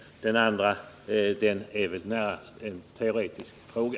Det andra är väl närmast en teoretisk fråga.